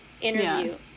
interview